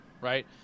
right